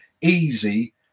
easy